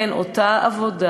כן, אותה עבודה,